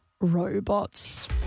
robots